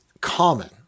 common